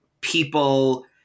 people